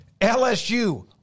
LSU